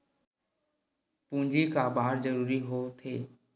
पूंजी का बार जरूरी हो थे?